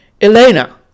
Elena